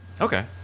Okay